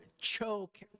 choke